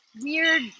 Weird